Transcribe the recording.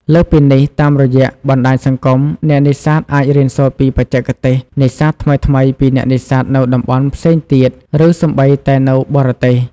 លើសពីនេះ តាមរយៈបណ្តាញសង្គម អ្នកនេសាទអាចរៀនសូត្រពីបច្ចេកទេសនេសាទថ្មីៗពីអ្នកនេសាទនៅតំបន់ផ្សេងទៀត ឬសូម្បីតែនៅបរទេស។